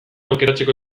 aukeratzeko